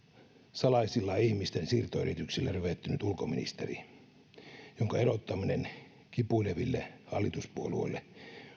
salaisilla ihmisten siirtoyrityksillä ryvettynyt ulkoministeri jonka erottaminen kipuileville hallituspuolueille